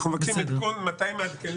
אנחנו עוברים אליך.